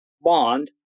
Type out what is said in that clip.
bond